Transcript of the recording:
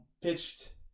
Pitched